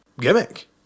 gimmick